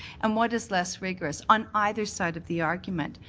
and what is less rigorous? on either side of the argument.